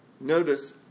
notice